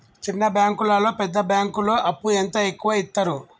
చిన్న బ్యాంకులలో పెద్ద బ్యాంకులో అప్పు ఎంత ఎక్కువ యిత్తరు?